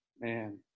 Man